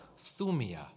Thumia